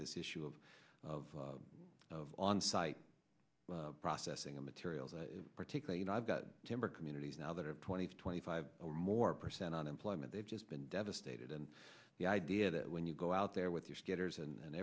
this issue of of of on site processing of materials in particular you know i've got timber communities now that are twenty to twenty five or more percent unemployment they've just been devastated and the idea that when you go out there with your gaiters and